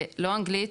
לא אנגלית,